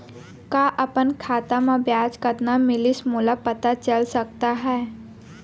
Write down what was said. का अपन खाता म ब्याज कतना मिलिस मोला पता चल सकता है?